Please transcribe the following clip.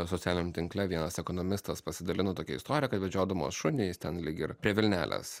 socialiniam tinkle vienas ekonomistas pasidalino tokia istorija kad vedžiodamas šunį jis ten lyg ir prie vilnelės